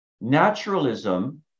naturalism